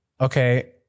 Okay